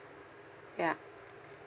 ya